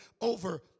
over